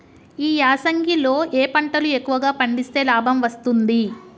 ఈ యాసంగి లో ఏ పంటలు ఎక్కువగా పండిస్తే లాభం వస్తుంది?